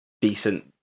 decent